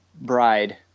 bride